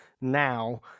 now